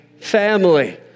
family